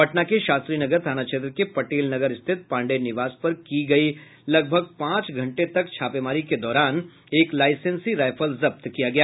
पटना के शास्त्री नगर थाना क्षेत्र के पटेल नगर स्थित पांडे निवास पर की लगभग पांच घंटे तक चली छापेमारी के दौरान एक लाइसेंसी राइफल जब्त की गई